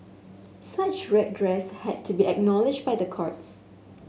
such redress had to be acknowledged by the courts